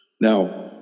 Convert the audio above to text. Now